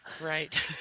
Right